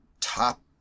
top